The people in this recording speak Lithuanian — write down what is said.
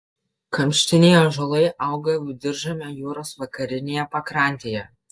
kamštiniai ąžuolai auga viduržemio jūros vakarinėje pakrantėje